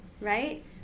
right